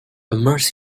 immerse